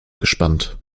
gespannt